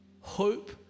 hope